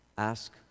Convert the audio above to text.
ask